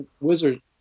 Wizard